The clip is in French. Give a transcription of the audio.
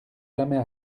jamais